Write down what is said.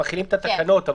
שמחילים את התקנות,